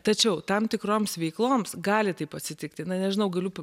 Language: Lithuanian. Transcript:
tačiau tam tikroms veikloms gali taip atsitikti na nežinau galiu